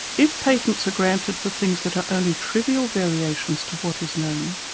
if patents are granted for things that are only trivial variations to what is known,